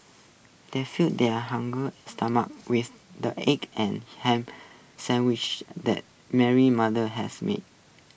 they fed their hunger stomachs with the egg and Ham Sandwiches that Mary's mother had made